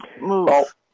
move